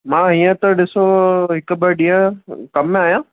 मां हीअं त ॾिसो हिकु ॿ ॾींहं कम में आहियां